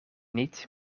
niet